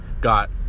got